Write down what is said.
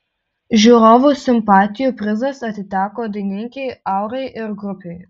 žiūrovų simpatijų prizas atiteko dainininkei aurai ir grupei